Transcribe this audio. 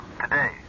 Today